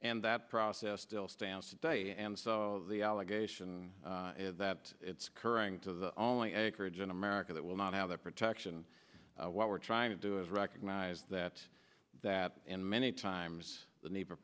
and that process still stands today and so the allegation is that it's scurrying to the only acreage in america that will not have that protection and what we're trying to do is recognize that that and many times the neighbor